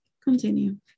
continue